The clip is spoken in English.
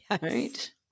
Right